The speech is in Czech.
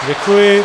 Děkuji.